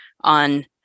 on